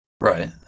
right